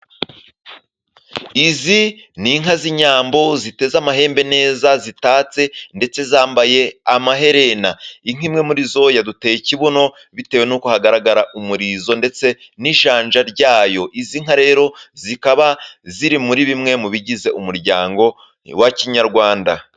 Izi ni inka z'inyambo ziteze amahembe neza, zitatse ndetse zambaye amaherena, inka imwe muri zo yaduteye ikibuno bitewe n'uko hagaragara umurizo ndetse n'ijanja ryayo, izi nka rero zikaba ziri muri bimwe mu bigize umuryango wa kinyarwanda.